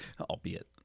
albeit